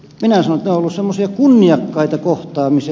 siinä ollu semmosia kunniakkaita tulee